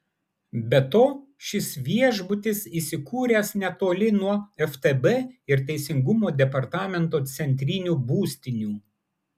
be to šis viešbutis įsikūręs netoli nuo ftb ir teisingumo departamento centrinių būstinių